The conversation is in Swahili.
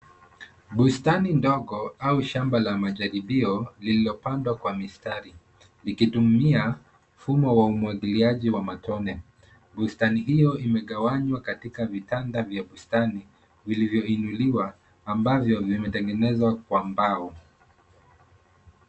Bustani ndogo au shamba la majaribio lililopandwa kwa mistari. Lilitumia mfumo wa umwagiliaji wa matone. Bustani hiyo imegawanywa katika vitanda vya bustani vilivyoinuliwa, ambavyo vimetengenezwa kwa mbao.